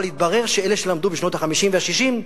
אבל התברר שאלה שלמדו בשנות ה-50 וה-60,